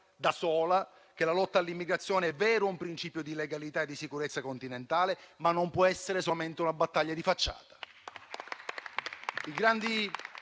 è vero che la lotta all'immigrazione è un principio di legalità e di sicurezza continentale, ma che non può essere solamente una battaglia di facciata.